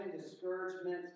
discouragement